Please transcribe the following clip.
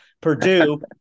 Purdue